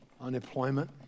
Unemployment